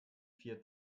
vier